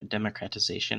democratization